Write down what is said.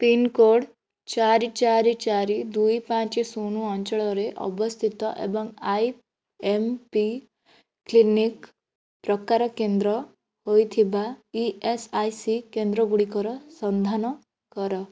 pincode ଚାରି ଚାରି ଚାରି ଦୁଇ ପାଞ୍ଚେ ଶୂନ ଅଞ୍ଚଳରେ ଅବସ୍ଥିତ ଏବଂ ଆଇ ଏମ୍ ପି କ୍ଲିନିକ୍ ପ୍ରକାର କେନ୍ଦ୍ର ହୋଇଥିବା ଇ ଏସ୍ ଆଇ ସି କେନ୍ଦ୍ର ଗୁଡ଼ିକର ସନ୍ଧାନ କର